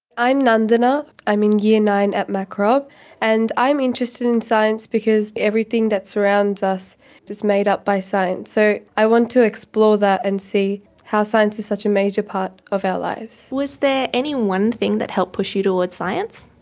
i'm nandana, i'm in year nine at mac. rob and i'm interested in science because everything that surrounds us is made up by science. so i want to explore that and see how science is such a major part of our lives. was there any one thing that helped push you towards science?